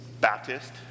Baptist